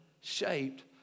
shaped